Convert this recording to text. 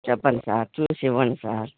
చెప్పండి సార్ చూసి ఇవ్వండి సార్